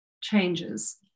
changes